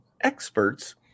experts